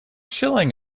schilling